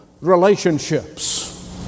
relationships